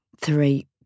Three